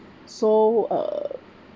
so uh